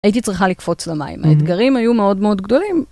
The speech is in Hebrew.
הייתי צריכה לקפוץ למים, האתגרים היו מאוד מאוד גדולים.